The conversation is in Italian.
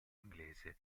inglese